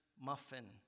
muffin